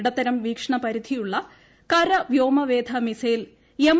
ഇടത്തരം വീക്ഷണ പരിധിയുള്ള കര വ്യോമ വേധ മിസൈൽ എം